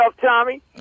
Tommy